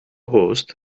host